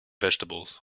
vegetables